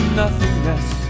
nothingness